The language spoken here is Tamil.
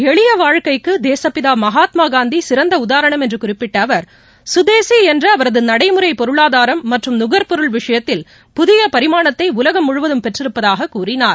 எளிய வாழ்க்கைக்கு தேசப்பிதா மகாத்மா காந்தி சிறந்த உதாரணம் என்று குறிப்பிட்ட அவர் சுதேசி என்ற அவரது நடைமுறை பொருளாதாரம் மற்றும் நுகர்பொருள் விஷயத்தில் புதிய பரிமாணத்தை உலகம் முழுவதும் பெற்றிருப்பதாகக் கூறினார்